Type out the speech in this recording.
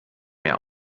mehr